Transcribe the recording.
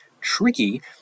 tricky